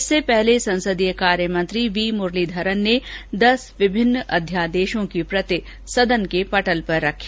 इससे पहले संसदीय कार्यमंत्री वी मुरलीधरन ने दस विभिन्न अध्यादेशों की प्रति सदन के पटल पर रखी